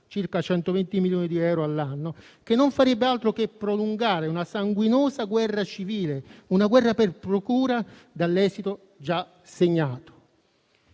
(circa 120 milioni di euro all'anno), che non farebbe altro che prolungare una sanguinosa guerra civile, una guerra per procura dall'esito già segnato.